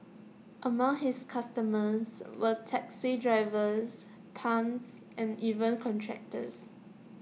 among his customers were taxi drivers pimps and even contractors